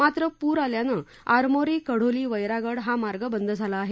मात्र पुर आल्याने आरमोरी कढोली वैरागड हा मार्ग बंद झाला आहे